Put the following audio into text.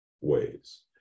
ways